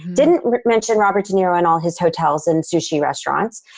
didn't mention robert deniro and all his hotels and sushi restaurants,